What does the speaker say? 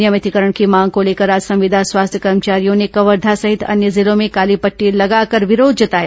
नियमितीकरण की मांग को लेकर आज संविदा स्वास्थ्य कर्मचारियों ने कवर्घा सहित अन्य जिलों में काली पट्टी लगाकर विरोध जताया